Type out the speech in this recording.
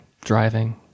Driving